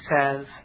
says